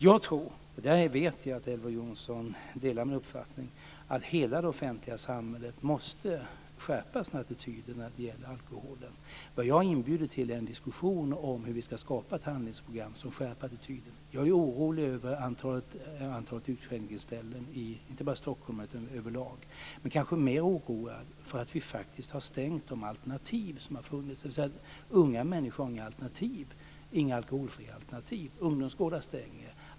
Jag tror, och där vet jag att Elver Jonsson delar min uppfattning, att hela det offentliga samhället måste skärpa sin attityd när det gäller alkoholen. Jag har inbjudit till en diskussion om hur vi ska skapa ett handlingsprogram som skärper attityden. Jag är orolig över antalet utskänkningsställen i inte bara Stockholm utan överlag, men kanske mer oroad för att vi faktiskt har stängt de alternativ som har funnits. Unga människor har inga alkoholfria alternativ. Ungdomsgårdarna stänger.